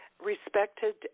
respected